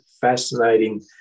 fascinating